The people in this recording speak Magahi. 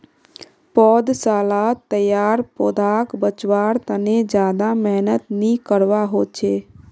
पौधसालात तैयार पौधाक बच्वार तने ज्यादा मेहनत नि करवा होचे